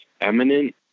eminent